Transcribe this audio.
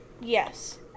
Yes